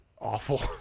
awful